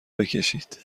بکشید